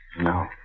No